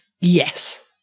Yes